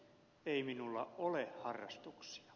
ei minulla ole harrastuksia